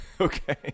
Okay